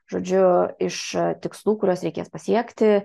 žodžiu iš tikslų kuriuos reikės pasiekti